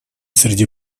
среди